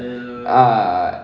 ah